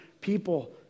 people